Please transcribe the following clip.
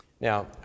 Now